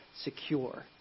secure